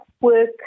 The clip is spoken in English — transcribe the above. work